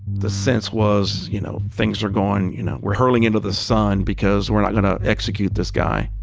the sense was, you know, things are going you know, we're hurling into the sun because we're not going to execute this guy